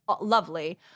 lovely